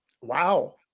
wow